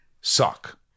suck